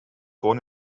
born